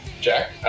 Jack